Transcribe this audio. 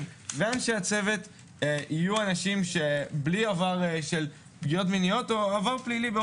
ואנשי הצוות יהיו אנשים שהם בלי עבר של פגיעות מיניות או עבר פלילי.